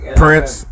prince